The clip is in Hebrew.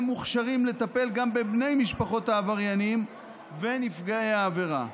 הם מוכשרים לטפל גם בבני משפחות העבריינים ונפגעי העבירה.